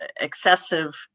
excessive